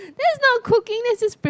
that's not cooking that's just